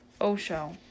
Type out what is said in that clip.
Osho